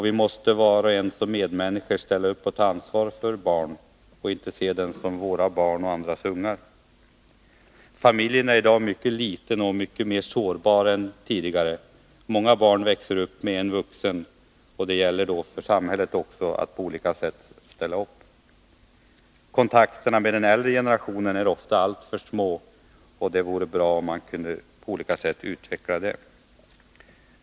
Vi måste var och en som medmänniskor ställa upp och ta ansvar för barnen och inte se det som ”våra barn och andras ungar”. Familjen i dag är mycket liten och mycket mer sårbar än tidigare. Många barn växer upp med endast en vuxen, och det gäller då för samhället att på olika sätt ställa upp. Kontakterna med den äldre generationen är ofta alltför små, och det vore bra om man på olika sätt kunde utveckla detta.